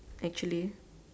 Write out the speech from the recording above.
actually